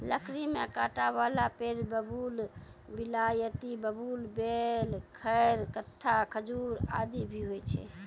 लकड़ी में कांटा वाला पेड़ बबूल, बिलायती बबूल, बेल, खैर, कत्था, खजूर आदि भी होय छै